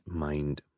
mind